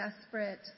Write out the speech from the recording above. desperate